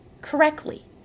correctly